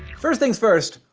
first things first,